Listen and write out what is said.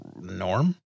norm